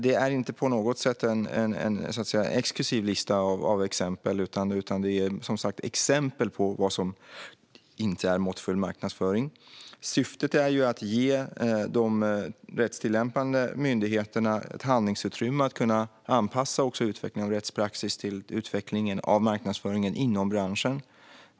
Det är inte på något sätt en exekutiv lista, utan det är som sagt exempel på vad som inte är måttfull marknadsföring. Syftet är att ge de rättstillämpande myndigheterna ett handlingsutrymme att kunna anpassa utvecklingen av rättspraxis till utvecklingen av marknadsföringen inom branschen.